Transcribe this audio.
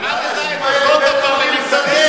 אתה מציע לאנשים האלה בית-דין שדה.